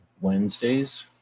Wednesdays